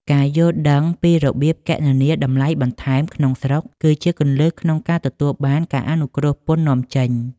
ការយល់ដឹងពីរបៀបគណនាតម្លៃបន្ថែមក្នុងស្រុក គឺជាគន្លឹះក្នុងការទទួលបានការអនុគ្រោះពន្ធនាំចេញ។